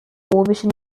vision